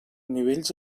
nivells